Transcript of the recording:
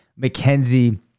McKenzie